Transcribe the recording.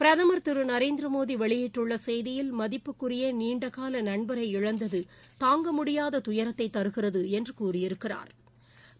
பிரதம் திரு நரேந்திரமோடி வெளியிட்டுள்ள செய்தியில் மதிப்புக்குரிய நீண்டகால நண்பரை இழந்தது தாங்கமுடியாத துயரத்தை தருகிறது என்று கூறியிருக்கிறாா்